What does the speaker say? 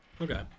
Okay